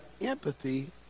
empathy